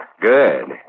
Good